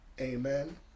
amen